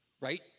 right